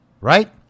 right